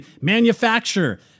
manufacture